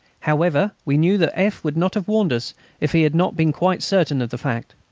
however, we knew that f. would not have warned us if he had not been quite certain of the fact,